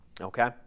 okay